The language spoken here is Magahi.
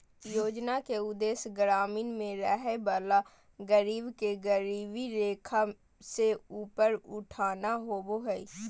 योजना के उदेश्य ग्रामीण में रहय वला गरीब के गरीबी रेखा से ऊपर उठाना होबो हइ